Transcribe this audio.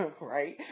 right